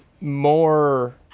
more